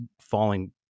falling